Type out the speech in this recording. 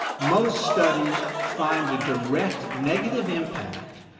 most studies find a direct negative impact,